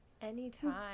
anytime